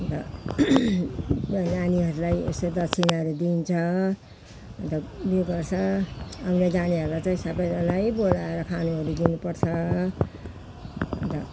अन्त नानीहरूलाई यसरी दक्षिणाहरू दिइन्छ अन्त यो गर्छ आउनेजानेहरूलाई चाहिँ सबैजनालाई बोलाएर खानुहरू दिनुपर्छ अन्त